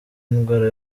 indwara